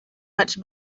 much